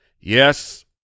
yes